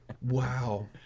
Wow